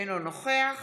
אינו נוכח